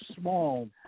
small